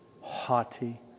haughty